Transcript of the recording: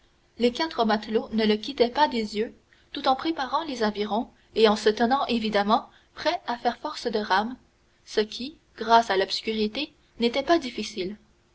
les quatre matelots ne le quittaient pas des yeux tout en préparant les avirons et en se tenant évidemment prêts à faire force de rames ce qui grâce à l'obscurité n'était pas difficile